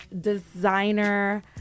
designer